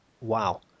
Wow